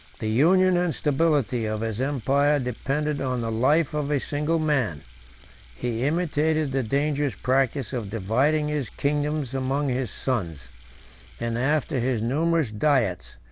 the union and stability of his empire depended on the life of a single man he imitated the dangerous practice of dividing his kingdoms among his sons and after his numerous diets,